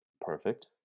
perfect